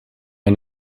mal